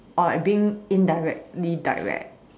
or like being indirectly direct